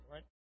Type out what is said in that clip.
Right